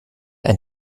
ein